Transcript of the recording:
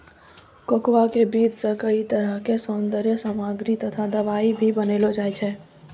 cocoa के बीज सॅ कई तरह के सौन्दर्य सामग्री तथा दवाई भी बनैलो जाय छै